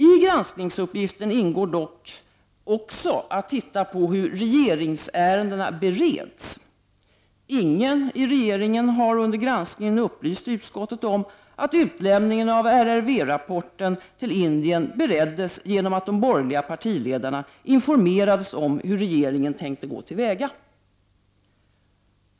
I granskningsuppgiften ingår dock också att titta på hur regeringsärenden bereds. Ingen i regeringen har under granskningen upplyst utskottet om att utlämningen av RRV-rapporten till Indien bereddes genom att de borgerliga partiledarna informerades om hur regeringen tänkte gå till väga.